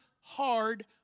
hard